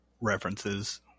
references